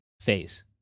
phase